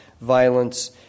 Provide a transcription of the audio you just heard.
violence